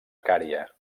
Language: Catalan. cària